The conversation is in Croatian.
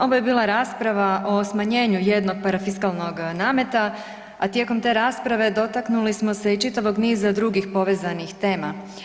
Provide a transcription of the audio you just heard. Ovo je bila rasprava o smanjenju jednog parafiskalnog nameta, a tijekom te rasprave dotaknuli smo se i čitavog niza drugih povezanih tema.